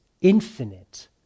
infinite